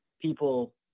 people